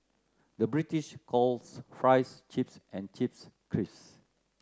the British calls fries chips and chips crisps